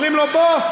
אומרים לו: בוא,